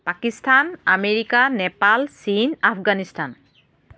Pakistan America Nepal চীন আফগানিস্তান